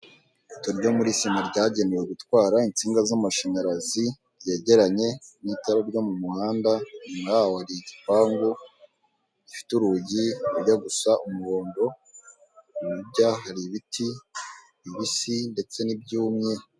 Ipoto ryo muri sima ryagenewe gutwara insinga z'amashanyarazi, yegeranye n'itarara ryo mu muhanda, inyuma yaho hari igipangu gifite urugi rujya gusa umuhondo, hirya hari ibiti bibisi ndetse n'ibyumye.